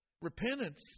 Repentance